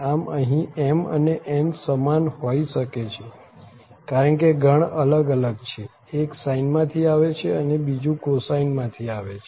આમ અહીં m અને n સમાન હોઈ શકે છે કારણ કે ગણ અલગ અલગ છેએક sine માંથી આવે છે અને બીજુ cosine માંથી આવે છે